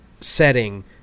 setting